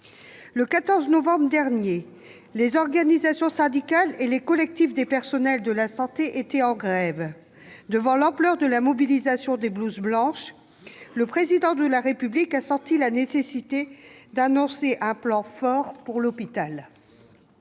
Le 14 novembre dernier, les organisations syndicales et les collectifs des personnels de la santé étaient en grève. Devant l'ampleur de la mobilisation des blouses blanches, le Président de la République a senti la nécessité d'annoncer un « plan fort » pour l'hôpital.